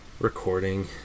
Recording